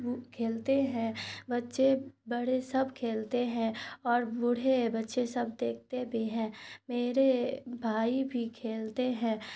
کھیلتے ہیں بچے بڑے سب کھیلتے ہیں اور بوڑھے بچے سب دیکھتے بھی ہیں میرے بھائی بھی کھیلتے ہیں